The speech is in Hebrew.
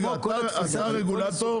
אתה הרגולטור?